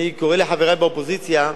אני קורא לחברי באופוזיציה,